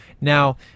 Now